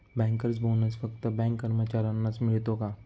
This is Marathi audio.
बँकर्स बोनस फक्त बँक कर्मचाऱ्यांनाच मिळतो का?